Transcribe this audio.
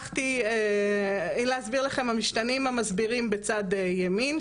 המשתנים המסבירים הם בצד ימין,